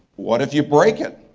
what if you break it?